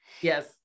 yes